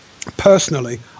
personally